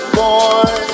boy